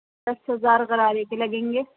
دس ہزار گرارے کے لگیں گے